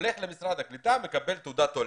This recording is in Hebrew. הוא הולך למשרד הקליטה ומקבל תעודת עולה.